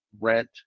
rent